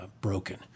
broken